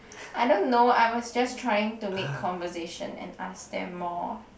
I don't know I was just trying to make conversation and ask them more